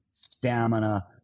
stamina